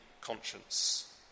conscience